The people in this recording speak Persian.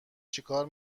چیکار